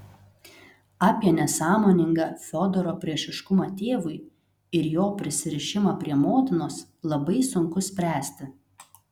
apie nesąmoningą fiodoro priešiškumą tėvui ir jo prisirišimą prie motinos labai sunku spręsti